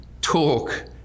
talk